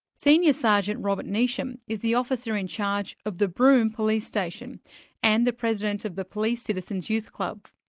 senior sergeant robert neesham is the officer in charge of the broome police station and the president of the police citizens' youth club.